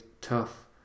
tough